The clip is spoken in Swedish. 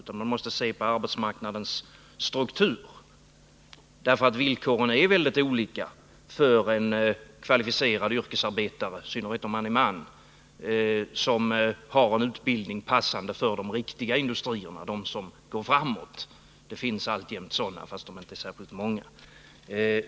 Man måste se på arbetsmarknadens struktur, eftersom villkoren är mycket olika för kvalificerade yrkesarbetare — i synnerhet om det är fråga om män — som har utbildning passande för de ”riktiga” industrierna, de som går framåt; det finns alltjämt sådana även om de inte är särskilt många.